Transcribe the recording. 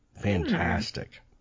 Fantastic